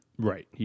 Right